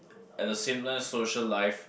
at the same time social life